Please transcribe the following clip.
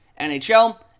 NHL